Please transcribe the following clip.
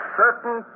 certain